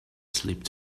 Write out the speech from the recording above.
slipped